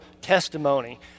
testimony